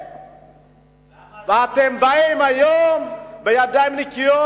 למה אתם, ואתם באים היום בידיים נקיות,